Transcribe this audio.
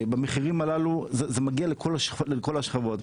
במחירים האלה, זה מגיע לכל השכבות.